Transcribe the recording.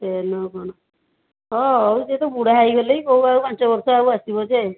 ସେଇଆ ନୁହେଁ ଆଉ କ'ଣ ହଉ ସେ ତ ବୁଢା ହୋଇଗଲେଣି କଉ ଆଉ ପାଞ୍ଚ ବର୍ଷ ଆଉ ଆସିବ ଯେ